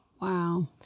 Wow